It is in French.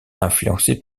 influencée